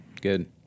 Good